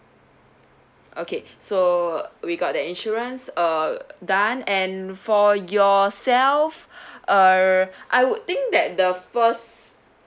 okay so we got that insurance uh done and for yourself uh I would think that the first